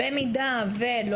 במידה ולא